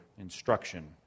instruction